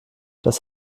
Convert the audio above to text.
das